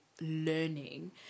learning